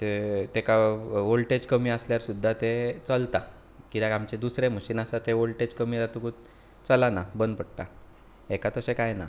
तें तेका वॉलटेज कमी आसल्यार सुद्दां ते चलतां कित्याक आमचें दुसरें मशीन आसा तें वॉलटेज कमी जातकूच चलना बंद पडटा हेका तशें कांय ना